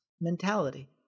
mentality